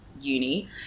uni